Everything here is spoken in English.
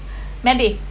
mandy